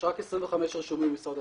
יש רק 25 רשומים --- 150.